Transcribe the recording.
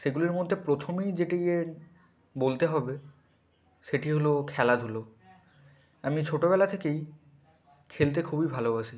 সেগুলির মধ্যে প্রথমেই যেটিকে বলতে হবে সেটি হল খেলাধুলো আমি ছোটবেলা থেকেই খেলতে খুবই ভালোবাসি